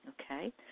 okay